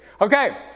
Okay